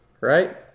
right